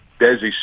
Desi